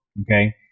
okay